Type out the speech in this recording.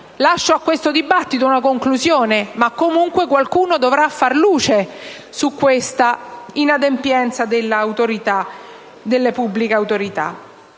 Lascio a questo dibattito la conclusione, ma qualcuno dovrà pur far luce su questa inadempienza delle pubbliche autorità.